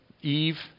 Eve